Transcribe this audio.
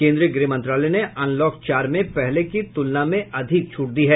केन्द्रीय गृह मंत्रालय ने अनलॉक चार में पहले की तुलना में अधिक छूट दी है